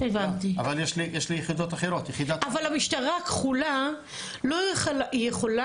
אבל יש לי יחידות אחרות --- אבל המשטרה הכחולה לא יכולה